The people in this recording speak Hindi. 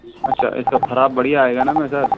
अच्छा इसका फराब बढ़िया आएगा न में सर